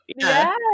Yes